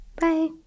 Bye